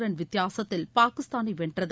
run வித்தியாசத்தில் பாகிஸ்தானை வென்றது